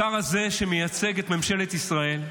השר הזה, שמייצג את ממשלת ישראל,